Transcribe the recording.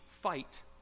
fight